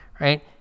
Right